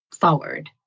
forward